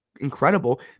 incredible